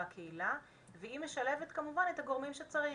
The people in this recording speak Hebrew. בקהילה והיא משלבת כמובן את הגורמים שצריך,